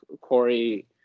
Corey